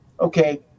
okay